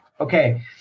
okay